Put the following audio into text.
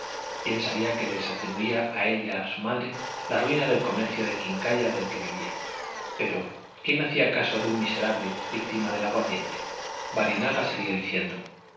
bien sabía que les atribuía a él y a su madre la ruina del comercio de quincalla de que vivía pero quién hacía caso de un miserable víctima del aguardiente barinaga seguía diciendo